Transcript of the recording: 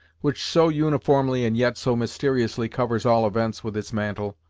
which so uniformly and yet so mysteriously covers all events with its mantle,